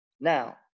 Now